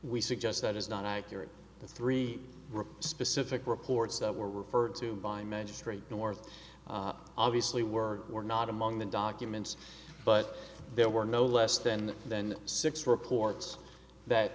we suggest that is not accurate the three rip specific reports that were referred to by magistrate north obviously were were not among the documents but there were no less then then six reports that